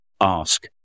ask